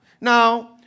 Now